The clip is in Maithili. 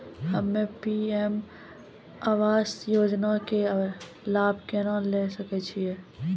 हम्मे पी.एम आवास योजना के लाभ केना लेली सकै छियै?